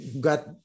got